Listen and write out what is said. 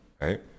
Right